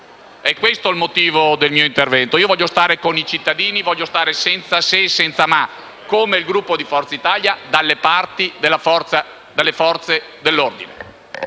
Questo è il motivo del mio intervento. Voglio stare con i cittadini, senza se e senza ma, come il Gruppo di Forza Italia, dalle parte delle Forze dell'ordine.